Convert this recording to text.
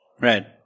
Right